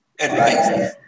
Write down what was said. Advice